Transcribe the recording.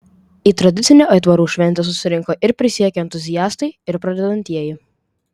į tradicinę aitvarų šventę susirinko ir prisiekę entuziastai ir pradedantieji